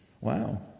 Wow